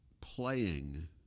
playing